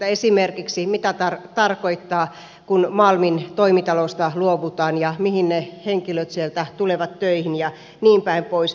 mitä tarkoittaa esimerkiksi kun malmin toimitalosta luovutaan ja mihin ne henkilöt sieltä tulevat töihin ja niin päin pois